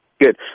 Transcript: Good